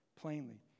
plainly